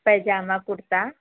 pyjama kurta